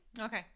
Okay